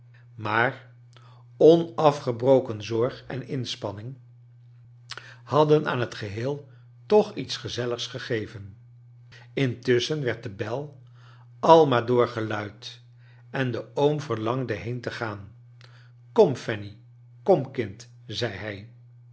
maar onafgebroken zorg en insparining hadden aan het geheel toon iets gezelligs gegeven intusschen werd de bel al maar door geluid en de oom verlangde heen te gaan kom fanny kom kind zei